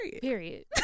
Period